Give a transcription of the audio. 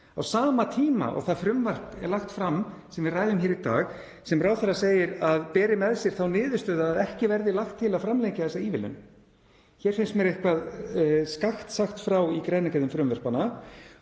á sama tíma og það frumvarp er lagt fram sem við ræðum hér í dag sem ráðherra segir að beri með sér þá niðurstöðu að ekki verði lagt til að framlengja þessa ívilnun. Hér finnst mér eitthvað skakkt sagt frá í greinargerðum frumvarpanna.